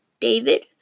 David